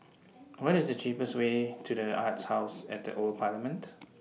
What IS The cheapest Way to The Arts House At The Old Parliament